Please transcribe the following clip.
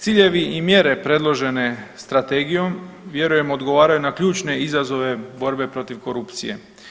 Ciljevi i mjere predložene strategijom, vjerujemo, odgovaraju na ključne izazove borbe protiv korupcije.